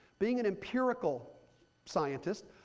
being an empirical scientist,